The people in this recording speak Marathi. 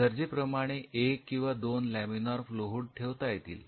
गरजेप्रमाणे एक किंवा दोन लमिनार फ्लो हूड ठेवता येतील